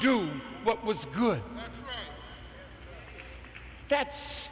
do what was good that